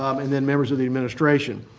um and then members of the administration.